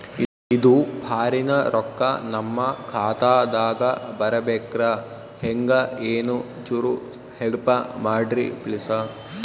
ಇದು ಫಾರಿನ ರೊಕ್ಕ ನಮ್ಮ ಖಾತಾ ದಾಗ ಬರಬೆಕ್ರ, ಹೆಂಗ ಏನು ಚುರು ಹೆಲ್ಪ ಮಾಡ್ರಿ ಪ್ಲಿಸ?